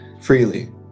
freely